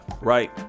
right